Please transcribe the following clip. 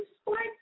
sports